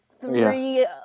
three